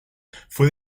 fue